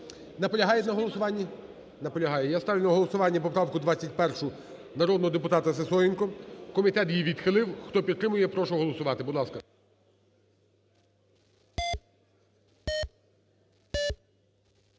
Наполягають на голосуванні? Наполягає. Я ставлю на голосування поправку 21 народного депутата Сисоєнко. Комітет її відхилив. Хто підтримує, я прошу голосувати. Будь ласка.